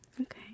Okay